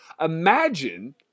imagine